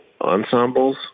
ensembles